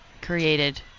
created